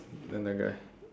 then the guy